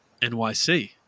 NYC